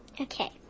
Okay